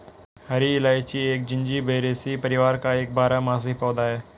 हरी इलायची एक जिंजीबेरेसी परिवार का एक बारहमासी पौधा है